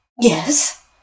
Yes